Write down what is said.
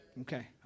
Okay